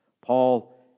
Paul